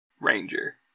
ranger